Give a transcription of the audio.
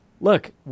look